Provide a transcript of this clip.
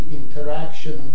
interaction